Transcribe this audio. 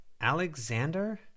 Alexander